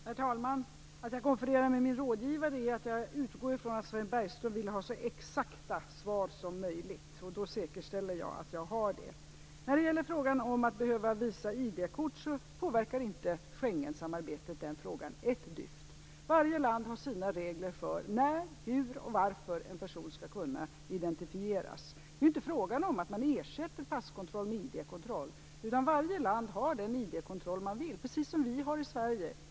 Herr talman! Anledningen till att jag konfererar med min rådgivare är att jag utgår ifrån att Sven Bergström vill ha så exakta svar som möjligt. Därigenom kan jag säkerställa det. Schengensamarbetet påverkar inte ett dyft möjligheten att ha regler för att de som passerar gränsen skall visa ID-kort. Varje land har sina regler för när, hur och varför en person skall kunna identifieras. Det är inte frågan om att ersätta passkontroll med ID kontroll. Varje land har den ID-kontroll man vill, precis som vi har i Sverige.